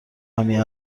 همین